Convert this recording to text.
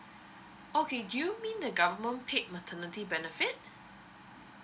okay do you mean the government paid maternity benefit